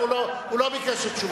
הוא לא ביקש תשובה.